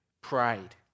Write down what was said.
pride